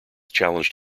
challenged